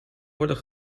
worden